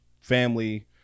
family